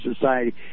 society